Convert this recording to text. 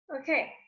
Okay